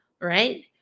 right